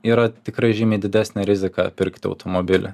yra tikrai žymiai didesnė rizika pirkti automobilį